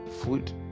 food